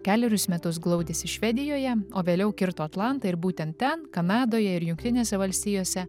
kelerius metus glaudėsi švedijoje o vėliau kirto atlantą ir būtent ten kanadoje ir jungtinėse valstijose